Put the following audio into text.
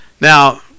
now